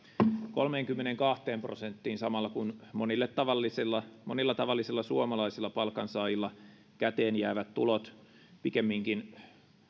kolmeenkymmeneenkahteen prosenttiin samalla kun monilla tavallisilla monilla tavallisilla suomalaisilla palkansaajilla käteenjäävät tulot pikemminkin